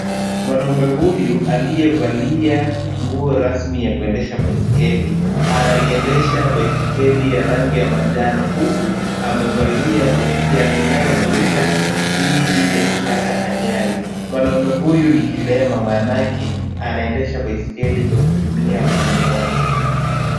Mwanamume huyu aliyevalia nguo rasmi ya kuendesha baiskeli, analiendesha baiskeli la rangi ya manjano, huku amevalia kofia inayomlinda dhidi ya kupata ajali. Mwanamume huyu ni kilema maanake anaendesha baiskeli kwa kutumia mguu mmoja.